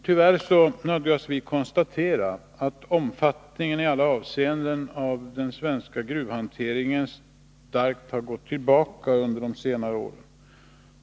Tyvärr nödgas vi konstatera att omfattningen av den svenska gruvhanteringen i alla avseenden har starkt gått tillbaka under senare år.